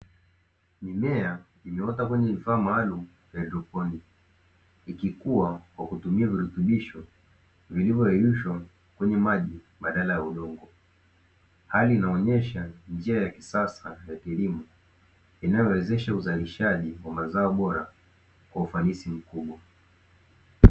Mimea imeota kwenye vifaa maalumu vya haidroponi, ikikuwa kwa kutumia virutubisho vilivyoyeyushwa kwenye maji badala ya udongo, hali inaonyesha njia ya kisasa ya kilimo inayowezesha uzalishaji wa mazao bora kwa ufanisi mkubwa.